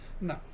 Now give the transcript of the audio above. No